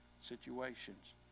situations